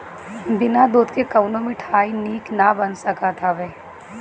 बिना दूध के कवनो मिठाई निक ना बन सकत हअ